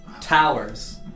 Towers